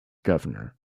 governor